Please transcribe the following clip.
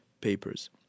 papers